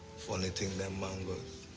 funny thing, them mangoes.